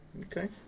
Okay